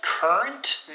Current